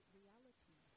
reality